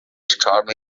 stormy